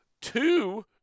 two